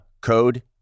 code